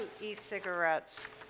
e-cigarettes